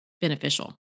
beneficial